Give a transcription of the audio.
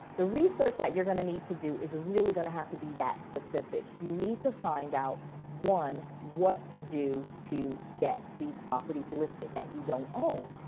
the research that you're going to need to do is really going to have to be that specific. you need to find out what to do to get these properties listed that you don't own.